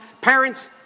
Parents